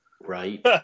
Right